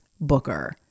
booker